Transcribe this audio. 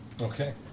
Okay